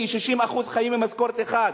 כי 60% חיים ממשכורת אחת.